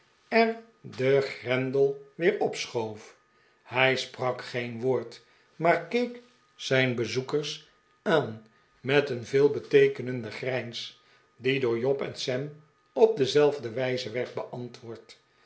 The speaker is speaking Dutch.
er den grendel weer opschoof hij sprak geen woord maar keek zijn bezoekers aan met een veelbeteekehende grijns die door job en sam op dezelfde wijze werd beantwoord